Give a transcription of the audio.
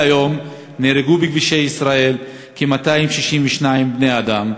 עד היום נהרגו בכבישי ישראל כ-262 בני-אדם,